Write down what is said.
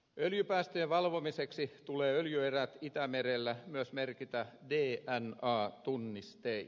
öljypäästöjen valvomiseksi tulee öljyerät itämerellä myös merkitä dna tunnistein